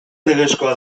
legezkoa